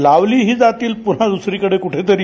लावलीही जातील पुन्हा दुसरीकडे कुठेतरी